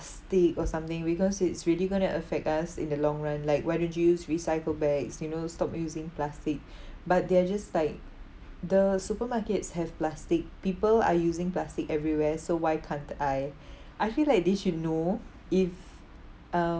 plastic or something because it's really going to affect us in the long run like why don't you use recycle bags you know stop using plastic but they are just like the supermarkets have plastic people are using plastic everywhere so why can't I I feel like they should know if um